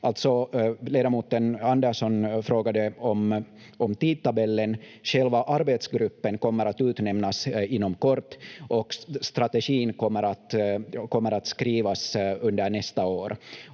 Ledamot Andersson frågade alltså om tidtabellen. Själva arbetsgruppen kommer att utnämnas inom kort och strategin kommer att skrivas under nästa år.